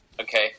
Okay